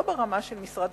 לא ברמה של משרד